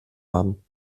haben